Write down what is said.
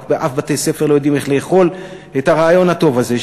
רק באף בית-ספר לא יודעים איך לאכול את הרעיון הטוב הזה,